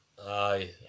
Aye